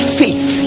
faith